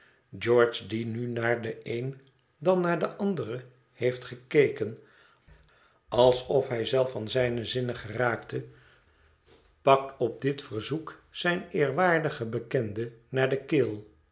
george die nu naar den een dan naar de andere heeft gekeken alsof hij zelf van zijne zinnen geraakte pakt op dit verzoek zijn eerwaardigen bekende naar de keel